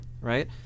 right